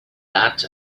that